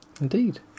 Indeed